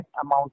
amount